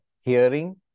Hearing